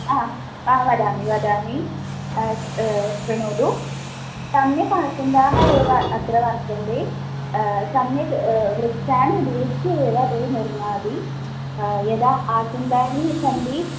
आ आ वदामि वदामि शृणोतु सम्यक् आसन्दाः एव अत्र वर्तन्ते सम्यक् वृक्षाणि उपयुज्य एव ते निर्माति यदा आसन्दानि सन्ति